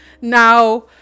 now